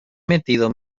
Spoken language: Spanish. metido